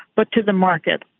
but to the market.